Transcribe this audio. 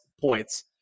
points